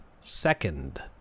Second